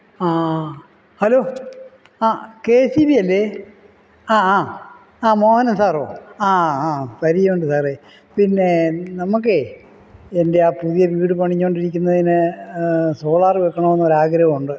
hello ആ K S E B അല്ലേ ആ ആ ആ മോഹനന് സാറോ ആ ആ പരിചയമുണ്ട് സാറേ പിന്നെ നമുക്കേ എന്റെ ആ പുതിയ വീട് പണിഞ്ഞുകൊണ്ടിരിക്കുന്നതിന് സോളാർ വയ്ക്കണം എന്നൊരു ആഗ്രഹമുണ്ട്